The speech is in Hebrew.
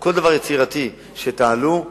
כל דבר יצירתי שתעלו,